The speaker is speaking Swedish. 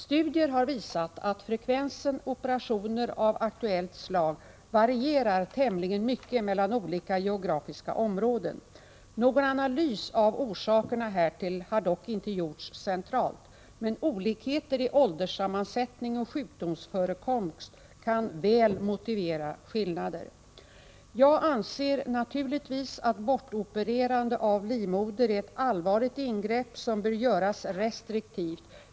Studier har visat att frekvensen operationer av aktuellt slag varierar tämligen mycket mellan olika geografiska områden. Någon analys av orsakerna härtill har dock inte gjorts centralt, men olikheter i ålderssammansättning och sjukdomsförekomst kan väl motivera skillnader. Jag anser naturligtvis att bortopererande av livmoder är ett allvarligt ingrepp som bör göras restriktivt.